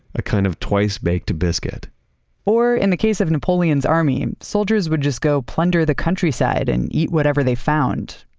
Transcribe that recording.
a kind of twice-baked biscuit or in the case of napoleon's army, soldiers would just go plunder the countryside and eat whatever they found,